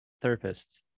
therapist